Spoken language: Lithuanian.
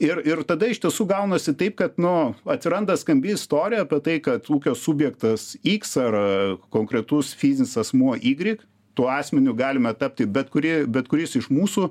ir ir tada iš tiesų gaunasi taip kad nu atsiranda skambi istorija apie tai kad ūkio subjektas iks ar konkretus fizinis asmuo ygrik tuo asmeniu galime tapti bet kuri bet kuris iš mūsų